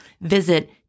Visit